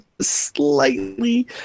slightly